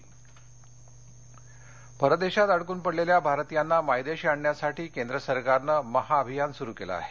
परदेशी भारतीय परदेशात अडकून पडलेल्या भारतीयांना मायदेशी आणण्यासाठी केंद्र सरकारनं महाअभियान सुरू केलं आहे